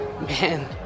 Man